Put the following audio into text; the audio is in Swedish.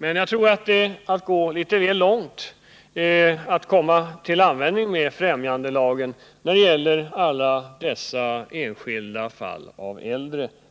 Men jag tror att det är att gå väl långt att tillämpa främjandelagen när det gäller alla dessa enskilda